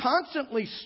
constantly